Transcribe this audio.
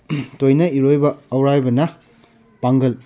ꯇꯣꯏꯅ ꯏꯔꯣꯏꯕ ꯑꯧꯔꯥꯏꯕꯅ ꯄꯥꯡꯒꯜ